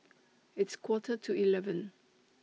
its Quarter to eleven